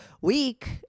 week